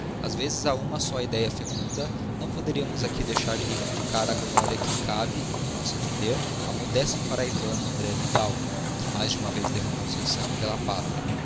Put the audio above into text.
ás vezes a uma só idéa fecunda não poderíamos aqui deixar de reivindicar a gloria que cabe em nosso entender ao modesto parahybano andré vidal que mais de uma vez derramou seu sangue pela pátria